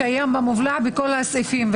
זה קיים במובלע בכל הסעיפים,